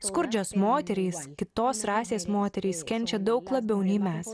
skurdžios moterys kitos rasės moterys kenčia daug labiau nei mes